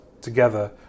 together